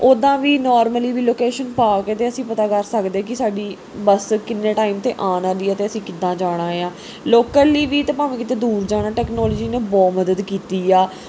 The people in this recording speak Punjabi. ਉੱਦਾਂ ਵੀ ਨੋਰਮਲੀ ਵੀ ਲੋਕੇਸ਼ਨ ਪਾ ਕੇ ਅਤੇ ਅਸੀਂ ਪਤਾ ਕਰ ਸਕਦੇ ਕਿ ਸਾਡੀ ਬੱਸ ਕਿੰਨੇ ਟਾਈਮ 'ਤੇ ਆਉਣ ਵਾਲੀ ਹੈ ਅਤੇ ਅਸੀਂ ਕਿੱਦਾ ਜਾਣਾ ਆ ਲੋਕਲ ਲਈ ਵੀ ਅਤੇ ਭਾਵੇਂ ਕਿਤੇ ਦੂਰ ਜਾਣਾ ਟੈਕਨੋਲੋਜੀ ਨੇ ਬਹੁਤ ਮਦਦ ਕੀਤੀ ਆ